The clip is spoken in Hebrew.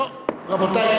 לא, רבותי.